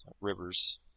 Rivers